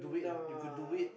nah